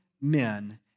men